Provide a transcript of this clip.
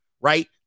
right